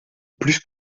plus